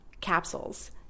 capsules